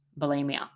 bulimia